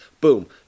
Boom